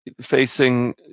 facing